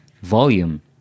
volume